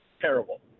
terrible